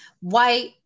White